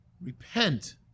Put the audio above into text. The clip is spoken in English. Repent